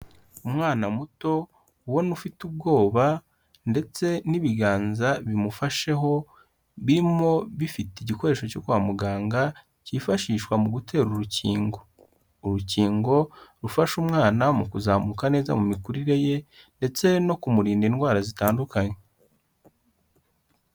Umwana muto ubona ufite ubwoba ndetse n'ibiganza bimufasheho birimo bifite igikoresho cyo kwa muganga cyifashishwa mu gutera urukingo. Urukingo rufasha umwana mu kuzamuka neza mu mikurire ye ndetse no kumurinda indwara zitandukanye.